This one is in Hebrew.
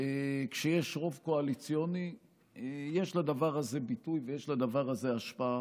כשיש רוב קואליציוני יש לדבר הזה ביטוי ויש לדבר הזה השפעה.